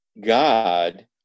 God